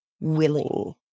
willing